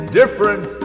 different